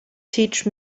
teach